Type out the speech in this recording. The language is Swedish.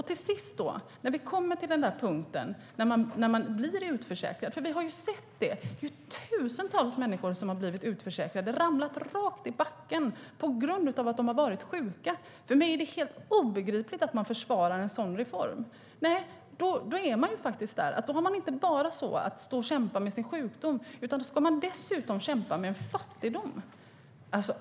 Till sist kommer punkten då man blir utförsäkrad. Vi har sett tusentals människor bli utförsäkrade. Och de har ramlat rakt i backen på grund av att de har varit sjuka. För mig är det helt obegripligt att någon försvarar en sådan reform. Då har man kommit dit att man inte bara ska kämpa med sin sjukdom utan ska dessutom kämpa med fattigdom.